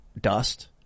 dust